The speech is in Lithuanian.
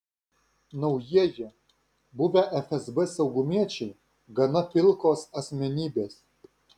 naujieji buvę fsb saugumiečiai gana pilkos asmenybės